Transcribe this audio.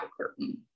curtain